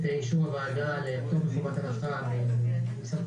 אישור הוועדה לפטור מחובת הנחה --- הכנסת.